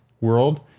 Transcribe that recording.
world